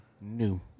new